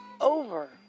over